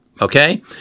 Okay